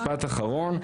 משפט אחרון,